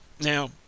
Now